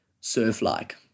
surf-like